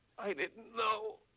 i didn't know.